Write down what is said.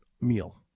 meal